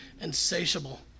insatiable